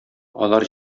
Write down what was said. алар